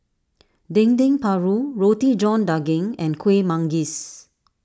Dendeng Paru Roti John Daging and Kuih Manggis